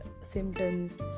symptoms